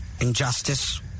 Injustice